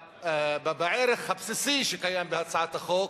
בערך הבסיסי שקיים בהצעת החוק,